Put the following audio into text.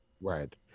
Right